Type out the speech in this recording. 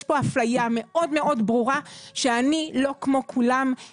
יש פה אפליה מאוד מאוד ברורה שאני לא כמו כולם כי יש לי ילד עם מוגבלות.